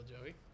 Joey